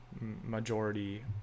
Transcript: majority